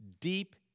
deep